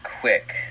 quick